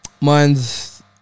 Mine's